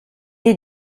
est